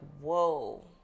whoa